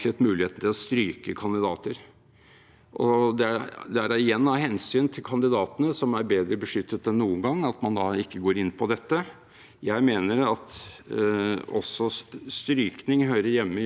Jeg mener at også strykning hører hjemme i lokaldemokratiet, nettopp fordi det gir velgerne større makt, og det var jo ikke slik at lokaldemokratiet gikk av hengslene